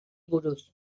buruz